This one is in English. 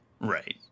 Right